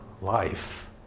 life